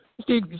steve